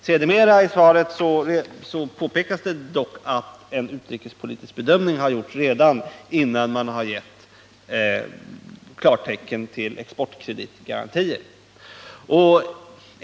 Längre fram i svaret påpekas det dock att en utrikespolitisk bedömning gjordes redan innan regeringen gav klartecken till Asea-Atom i fråga om exportkreditgarantier.